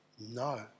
No